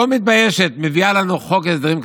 לא מתביישת, מביאה לנו חוק הסדרים כזה.